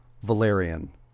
Valerian